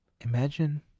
imagine